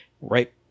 right